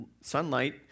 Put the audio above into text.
sunlight